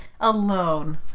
alone